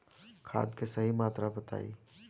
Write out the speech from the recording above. खाद के सही मात्रा बताई?